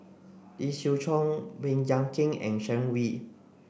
Lee Siew Choh Baey Yam Keng and Sharon Wee